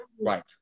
right